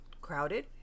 crowded